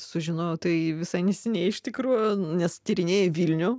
sužinojau tai visai neseniai iš tikrųjų nes tyrinėjai vilnių